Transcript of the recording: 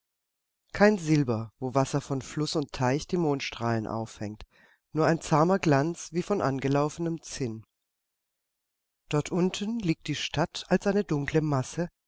kein silber wo wasser von fluß und teich die mondstrahlen auffängt nur ein zahmer glanz wie von angelaufenem zinn dort unten liegt die stadt als eine dunkle masse